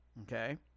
Okay